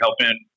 helping